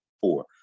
four